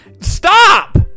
Stop